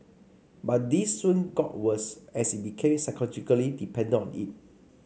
but this soon got worse as he became psychologically dependent on it